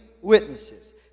witnesses